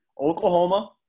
Oklahoma